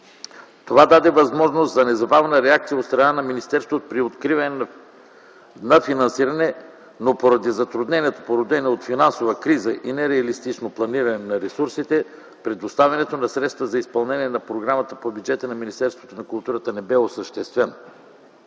Това даде възможност за незабавна реакция от страна на министерството при откриване на финансиране, но поради затрудненията, породени от финансова криза и нереалистично планиране на ресурсите, предоставянето на средства за изпълнение на програмата по бюджета на Министерството на културата не бе осъществено.